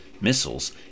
missiles